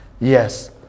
Yes